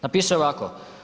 Napisao je ovako.